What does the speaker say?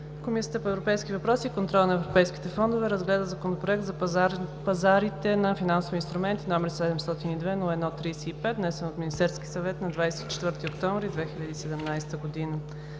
Комисията по европейските въпроси и контрол на европейските фондове разгледа Законопроект за пазарите на финансови инструменти, № 702-01-35, внесен от Министерския съвет на 24 октомври 2017 г.